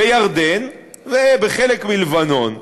בירדן ובחלק מלבנון,